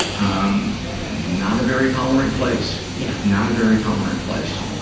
um not a very tolerant place. yeah. not a very tolerant place,